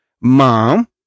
Mom